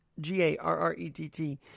G-A-R-R-E-T-T